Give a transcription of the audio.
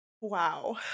wow